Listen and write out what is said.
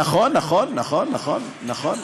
נכון נכון, נכון נכון.